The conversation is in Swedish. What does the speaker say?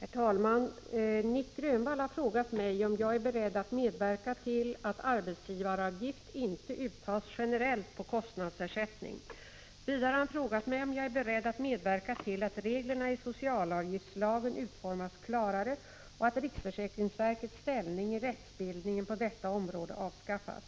Herr talman! Nic Grönvall har frågat mig om jag är beredd att medverka till att arbetsgivaravgift inte uttas generellt på kostnadsersättning. Vidare har han frågat mig om jag är beredd att medverka till att reglerna i socialavgiftslagen utformas klarare och att riksförsäkringsverkets ställning i rättsbildningen på detta område avskaffas.